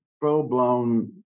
full-blown